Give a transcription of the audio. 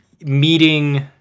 Meeting